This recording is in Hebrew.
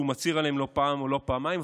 שהוא מצהיר עליהם לא פעם ולא פעמיים.